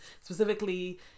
specifically